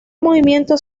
movimiento